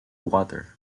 water